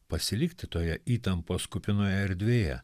pasilikti toje įtampos kupinoje erdvėje